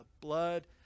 blood